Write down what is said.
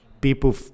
People